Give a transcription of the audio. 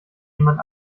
jemand